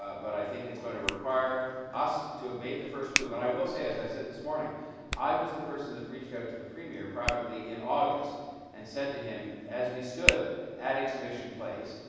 but i think it's going to require us to have made the first move. and i will say as i said this morning i was the person that reached out to the premiere privately in august and said to him as we stood at exhibition place,